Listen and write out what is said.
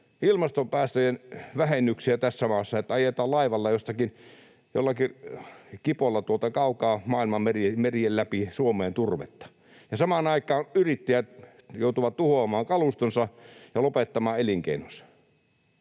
ilmastopäästöjen vähennyksiä tässä maassa, että ajetaan laivalla, jollakin kipolla tuolta kaukaa maailman merien läpi Suomeen turvetta? Ja samaan aikaan yrittäjät joutuvat tuhoamaan kalustonsa ja lopettamaan elinkeinonsa.